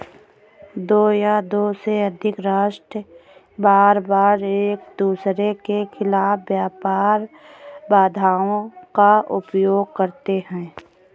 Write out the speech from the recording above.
दो या दो से अधिक राष्ट्र बारबार एकदूसरे के खिलाफ व्यापार बाधाओं का उपयोग करते हैं